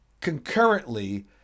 concurrently